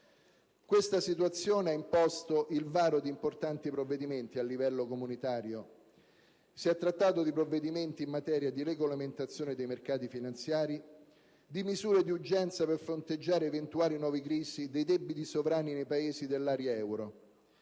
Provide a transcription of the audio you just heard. Questa situazione ha imposto il varo di importanti provvedimenti a livello comunitario. Si è trattato di provvedimenti in materia di regolamentazione dei mercati finanziari, di misure di urgenza per fronteggiare eventuali nuove crisi dei debiti sovrani nei Paesi dell'area dell'euro.